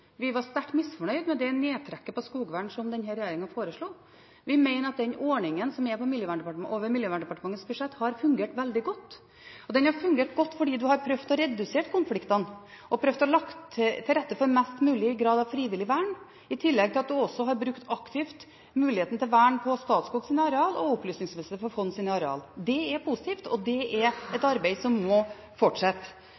Vi var sterkt misfornøyd med det nedtrekket på skogvern som denne regjeringen foreslo. Vi mener at den ordningen som er over Miljøverndepartementets budsjett, har fungert veldig godt. Den har fungert godt fordi en har prøvd å redusere konfliktene og legge til rette for mest mulig grad av frivillig vern, i tillegg til at en også har brukt aktivt muligheten til vern på Statskogs arealer og Opplysningsvesenets Fonds arealer. Det er positivt, og det er